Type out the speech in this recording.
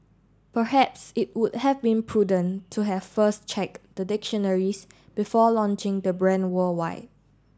perhaps it would have been prudent to have first check the dictionaries before launching the brand worldwide